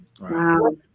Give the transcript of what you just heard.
Wow